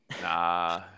Nah